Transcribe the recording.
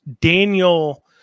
Daniel